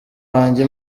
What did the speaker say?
wanjye